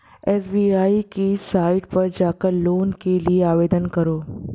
SBI की site पर जाकर लोन के लिए आवेदन करो